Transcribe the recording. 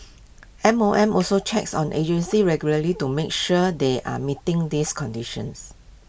M O M also checks on agencies regularly to make sure they are meeting these conditions